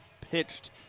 pitched